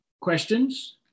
questions